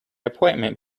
appointment